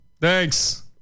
Thanks